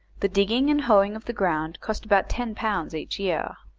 the digging and hoeing of the ground cost about ten pounds each year.